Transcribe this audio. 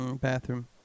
Bathroom